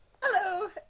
Hello